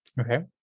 Okay